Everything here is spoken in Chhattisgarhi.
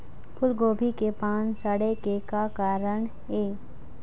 फूलगोभी के पान सड़े के का कारण ये?